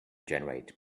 generate